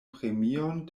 premion